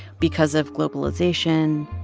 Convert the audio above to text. because of globalization.